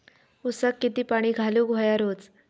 ऊसाक किती पाणी घालूक व्हया रोज?